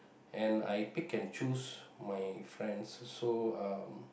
and I pick and choose my friends so um